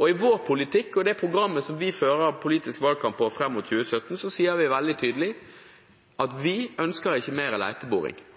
I vår politikk og i det programmet som vi fører politisk valgkamp på fram mot 2017, sier vi veldig tydelig at vi ikke ønsker mer leteboring – vi ønsker ikke